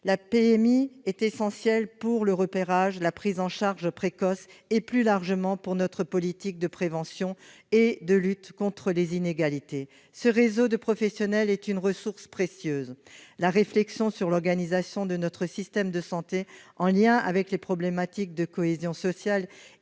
La PMI est essentielle pour le repérage, la prise en charge précoce et, plus largement, pour notre politique de prévention et de lutte contre les inégalités. Ce réseau de professionnels est une ressource précieuse. La réflexion sur l'organisation de notre système de santé en lien avec les problématiques de cohésion sociale